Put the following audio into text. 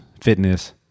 fitness